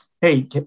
hey